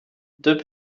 deux